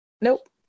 nope